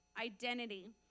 identity